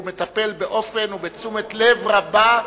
הוא מטפל בתשומת לב רבה,